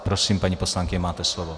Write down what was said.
Prosím, paní poslankyně, máte slovo.